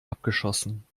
abgeschossen